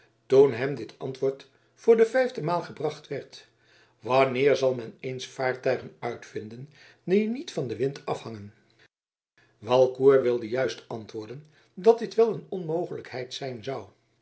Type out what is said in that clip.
toen hem dit antwoord voor de vijfde maal gebracht werd wanneer zal men eens vaartuigen uitvinden die niet van den wind afhangen walcourt wilde juist antwoorden dat dit wel een onmogelijkheid zijn zou